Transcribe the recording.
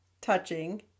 touching